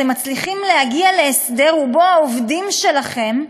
אתם מצליחים להגיע להסדר שלפיו העובדים שלכם,